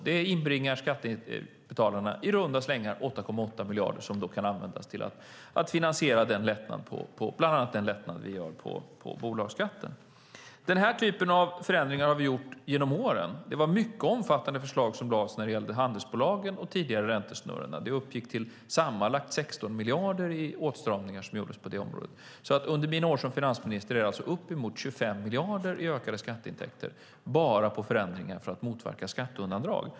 Det inbringar skattebetalarna i runda slängar 8,8 miljarder som då kan användas till att finansiera bland annat den lättnad vi gör på bolagsskatten. Den här typen av förändringar har vi gjort genom åren. Det var mycket omfattande förslag som lades fram när det gällde handelsbolagen och tidigare räntesnurrorna. Det uppgick till sammanlagt 16 miljarder i åtstramningar som gjordes på det området. Under mina år som finansminister är det alltså uppemot 25 miljarder i ökade skatteintäkter bara på förändringar för att motverka skatteundandragande.